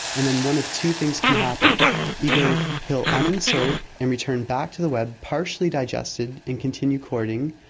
and then one of two things can happen either he'll un-insert and return back to the web partially digested and continue courting,